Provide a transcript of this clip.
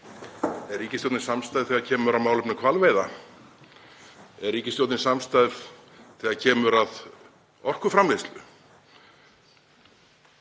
Er ríkisstjórnin samstæð þegar kemur að málefnum hvalveiða? Er ríkisstjórnin samstæð þegar kemur að orkuframleiðslu?